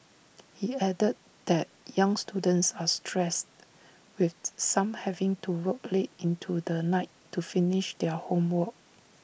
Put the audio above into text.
he added that young students are stressed with some having to work late into the night to finish their homework